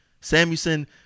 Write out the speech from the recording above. Samuelson